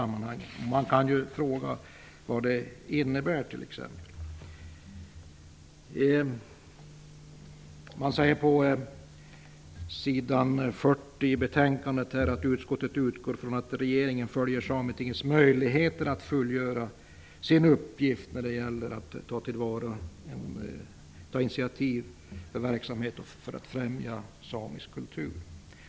Men man kan ju fråga sig vad det innebär. På s. 40 i betänkandet står det att utskottet utgår ifrån att regeringen följer Sametingets möjligheter att fullgöra sin uppgift när det gäller att ta initiativ till verksamhet för att främja samisk kultur.